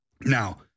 Now